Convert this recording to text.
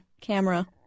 camera